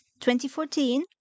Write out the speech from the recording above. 2014